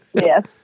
Yes